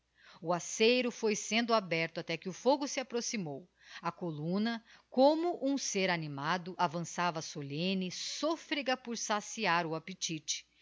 o aceiro foi sendo aberto até que o fogo se approximou a columna como um ser animado avançava solemne sôfrega por saciar o appetite